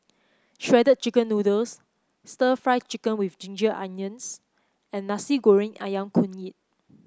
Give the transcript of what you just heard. Shredded Chicken Noodles stir Fry Chicken with Ginger Onions and Nasi Goreng ayam kunyit